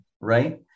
right